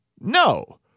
No